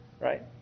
right